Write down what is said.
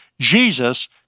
Jesus